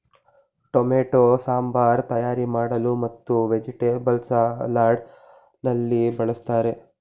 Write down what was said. tomato sambar ತಯಾರಿ ಮಾಡಲು ಮತ್ತು ವೆಜಿಟೇಬಲ್ಸ್ ಸಲಾಡ್ ನಲ್ಲಿ ಬಳ್ಸತ್ತರೆ